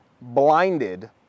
blinded